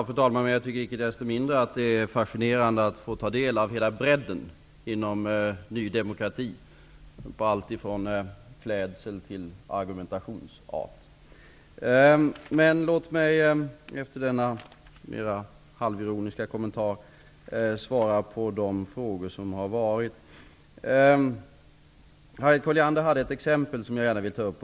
Fru talman! Jag tycker icke desto mindre att det är fascinerande att få ta del av hela bredden inom Ny demokrati, på allt från klädsel till argumentationsart. Men låt mig efter denna halvironiska kommentar svara på de frågor som har ställts här. Harriet Colliander hade ett exempel som jag vill gärna ta upp.